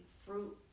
fruit